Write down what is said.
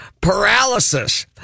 paralysis